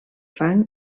fang